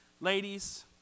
Ladies